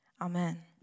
Amen